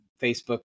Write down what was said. Facebook